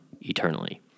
eternally